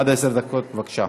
עד עשר דקות, בבקשה.